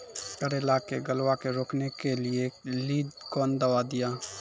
करेला के गलवा के रोकने के लिए ली कौन दवा दिया?